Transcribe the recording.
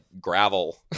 gravel